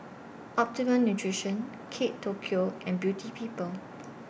Optimum Nutrition Kate Tokyo and Beauty People